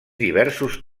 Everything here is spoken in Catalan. diversos